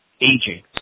aging